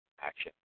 action